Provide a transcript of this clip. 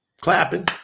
Clapping